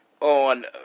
on